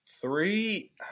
Three –